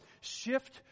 shift